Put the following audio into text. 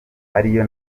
ariyo